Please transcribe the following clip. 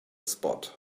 spot